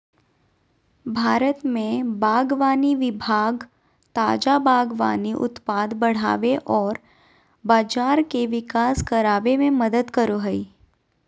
भारत में बागवानी विभाग ताजा बागवानी उत्पाद बढ़ाबे औरर बाजार के विकास कराबे में मदद करो हइ